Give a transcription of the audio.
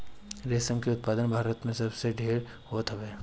रेशम के उत्पादन भारत में सबसे ढेर होत हवे